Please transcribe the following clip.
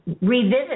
revisit